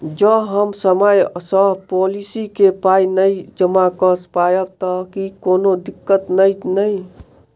जँ हम समय सअ पोलिसी केँ पाई नै जमा कऽ पायब तऽ की कोनो दिक्कत नै नै?